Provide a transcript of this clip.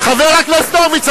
חבר הכנסת הורוביץ,